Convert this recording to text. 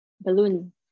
balloon